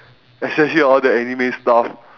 especially all the anime stuff